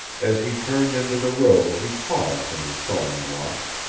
as he turned into the road he paused in his sullen walk.